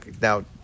Now